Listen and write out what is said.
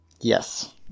Yes